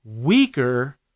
weaker